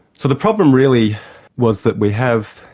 so the problem really was that we have,